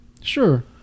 Sure